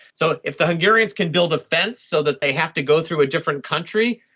so if the hungarians can build a fence so that they have to go through a different country,